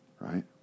right